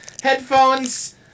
headphones